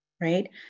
right